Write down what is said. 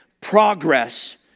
progress